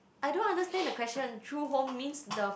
I don't understand the question true home means the